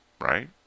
right